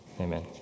Amen